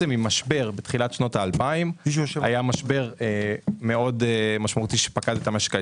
בתחילת שנות ה-2000 היה משבר מאוד משמעותי שפקד את המשק הישראלי,